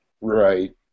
right